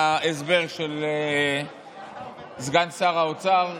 ההסבר של סגן שר האוצר,